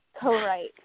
Co-write